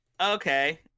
Okay